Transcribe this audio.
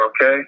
Okay